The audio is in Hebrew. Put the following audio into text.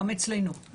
גם אצלנו.